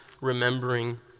remembering